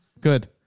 Good